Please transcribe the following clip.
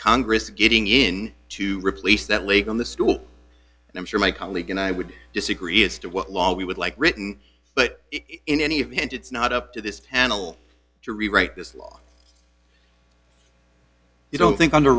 congress getting in to replace that leak on the stool and i'm sure my colleague and i would disagree as to what law we would like written but in any event it's not up to this panel to rewrite this law you don't think